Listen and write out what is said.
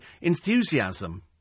enthusiasm